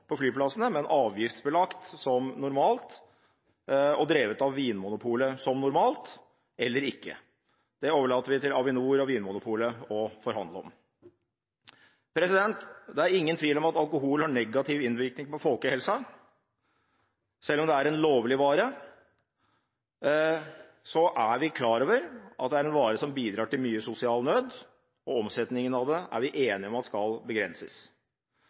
på flyplassene – men avgiftsbelagt som normalt og drevet av Vinmonopolet som normalt – eller ikke. Det overlater vi til Avinor og Vinmonopolet å forhandle om. Det er ingen tvil om at alkohol har negativ innvirkning på folkehelsa. Selv om det er en lovlig vare, er vi klar over at det er en vare som bidrar til mye sosial nød, og omsetningen av den er vi enige om skal begrenses.